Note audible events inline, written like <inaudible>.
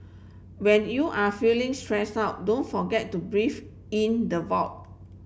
when you are feeling stressed out don't forget to breathe in the <unintelligible>